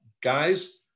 guys